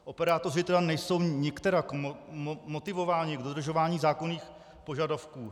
Operátoři tedy nejsou nikterak motivováni k dodržování zákonných požadavků.